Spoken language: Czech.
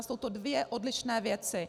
Jsou to dvě odlišné věci.